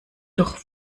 doch